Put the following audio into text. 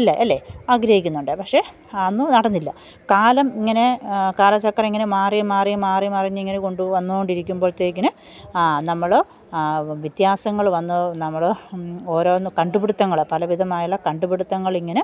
ഇല്ലേ അല്ലേ ആഗ്രഹിക്കുന്നുണ്ട് പക്ഷെ അന്ന് നടന്നില്ല കാലം ഇങ്ങനെ കാലചക്രം ഇങ്ങനെ മാറി മാറി മാറി മറിഞ്ഞിങ്ങനെകൊണ്ടു വന്നുകൊണ്ടിരിക്കുമ്പോഴത്തേക്കിന് ആ നമ്മള് വ്യത്യാസങ്ങള് വന്ന് നമ്മള് ഓരോന്ന് കണ്ടുപിടുത്തങ്ങള് പലവിധമായുള്ള കണ്ടുപിടുത്തങ്ങളിങ്ങനെ